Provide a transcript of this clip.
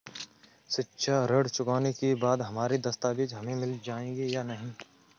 शिक्षा ऋण चुकाने के बाद हमारे दस्तावेज हमें मिल जाएंगे या नहीं?